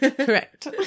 Correct